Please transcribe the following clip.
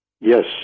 Yes